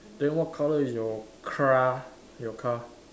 then what color is your car your car